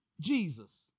Jesus